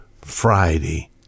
Friday